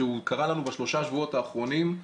שהוא קרה לנו בשלושה שבועות האחרונים.